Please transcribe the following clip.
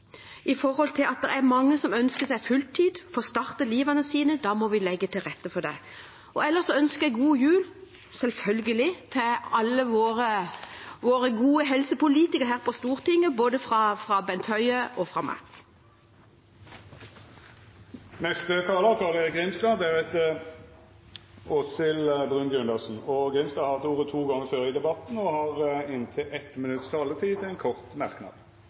at det får stå litt i rommet. Mange ønsker seg fulltidsstillinger for å starte livene sine, og da må vi legge til rette for det. Ellers ønsker jeg god jul, selvfølgelig, til alle våre gode helsepolitikere her på Stortinget, både fra Bent Høie og fra meg. Representanten Carl-Erik Grimstad har hatt ordet to gonger tidlegare i debatten og får ordet til ein kort merknad,